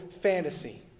fantasy